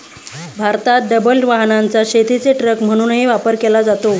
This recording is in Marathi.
भारतात डबल वाहनाचा शेतीचे ट्रक म्हणूनही वापर केला जातो